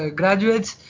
graduates